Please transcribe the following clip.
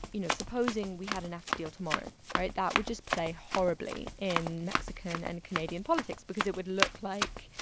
you know, supposing we had a nafta deal tomorrow right? that would just play horribly in mexican and canadian politics because it would look like,